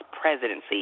presidency